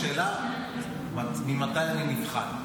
השאלה היא ממתי אני נבחן.